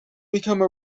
become